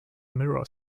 mirror